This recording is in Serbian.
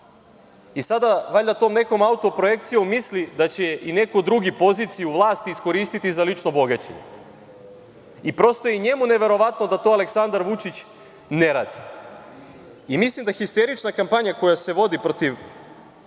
lokali. Sada, valjda tom nekom autoprojekcijom misli da će i neko drugi poziciju vlasti iskoristiti za lično bogaćenje. Prosto i njemu je neverovatno da to Aleksandar Vučić ne radi. Mislim da histerična kampanja koja se vodi protiv,